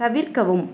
தவிர்க்கவும்